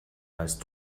weißt